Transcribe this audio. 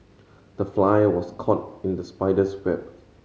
the fly was caught in the spider's web